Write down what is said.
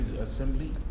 assembly